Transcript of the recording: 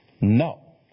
No